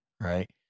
right